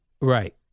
Right